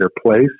place